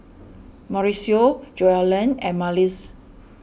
Mauricio Joellen and Marlys